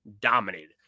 dominated